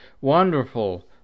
Wonderful